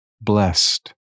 Blessed